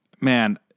man